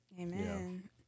Amen